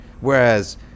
Whereas